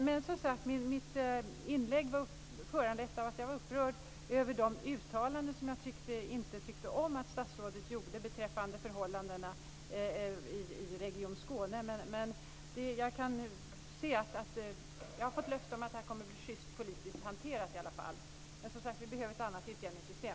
Mitt inlägg var föranlett av de uttalanden som jag inte tyckte om att statsrådet gjorde beträffande förhållandena i Region Skåne. Men nu har jag fått löfte om att detta i alla fall kommer att bli schyst politiskt hanterat. Men, som sagt, det behövs ett annat utjämningssystem.